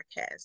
Podcast